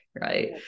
right